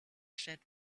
said